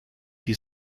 die